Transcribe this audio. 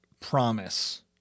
promise